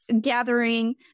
gathering